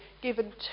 given